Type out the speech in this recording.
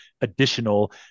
additional